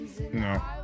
No